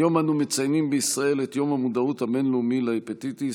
היום אנו מציינים בישראל את יום המודעות הבין-לאומי להפטיטיס,